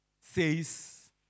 says